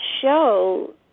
show